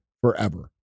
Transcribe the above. forever